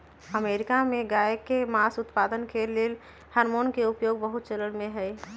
America में गायके मास उत्पादन के लेल हार्मोन के उपयोग बहुत चलनमें हइ